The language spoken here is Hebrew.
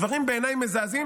דברים שבעיניי הם מזעזעים